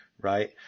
right